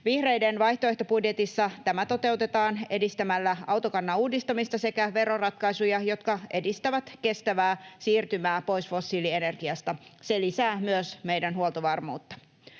Vihreiden vaihtoehtobudjetissa tämä toteutetaan edistämällä autokannan uudistamista sekä veroratkaisuja, jotka edistävät kestävää siirtymää pois fossiilienergiasta. Se lisää myös meidän huoltovarmuuttamme.